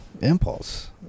impulse